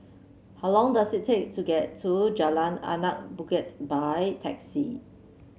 how long does it take to get to Jalan Anak Bukit by taxi